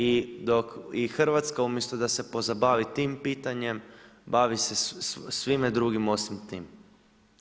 I dok i Hrvatska umjesto da se pozabavi tim pitanjem, bavi se svime drugim osim tim.